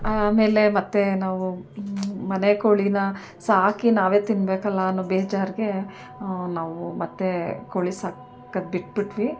ಆಮೇಲೆ ಮತ್ತು ನಾವು ಮನೆ ಕೋಳಿಯನ್ನ ಸಾಕಿ ನಾವೇ ತಿನ್ನಬೇಕಲ್ಲ ಅನ್ನೋ ಬೇಜಾರಿಗೆ ನಾವು ಮತ್ತು ಕೋಳಿ ಸಾಕೋದ್ ಬಿಟ್ಟುಬಿಟ್ವಿ